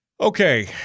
Okay